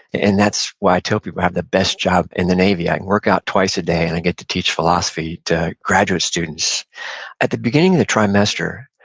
and that's why i tell people i have the best job in the navy. i work out twice a day and i get to teach philosophy to graduate students at the beginning of the trimester,